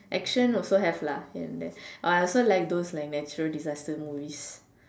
action also have lah here and there I also like those like natural disaster movies